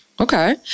okay